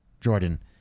Jordan